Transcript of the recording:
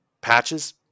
patches